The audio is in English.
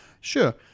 Sure